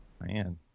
Man